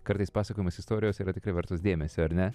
kartais pasakojamos istorijos yra tikrai vertos dėmesio ar ne